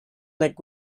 neck